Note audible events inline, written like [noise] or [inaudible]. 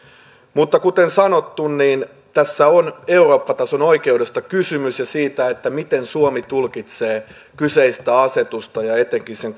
mutta kuten sanottu tässä on eurooppa tason oikeudesta kysymys ja siitä miten suomi tulkitsee kyseistä asetusta ja etenkin sen [unintelligible]